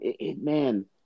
man